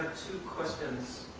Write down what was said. two questions.